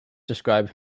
describe